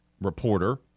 reporter